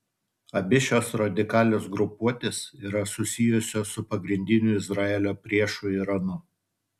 abi šios radikalios grupuotės yra susijusios su pagrindiniu izraelio priešu iranu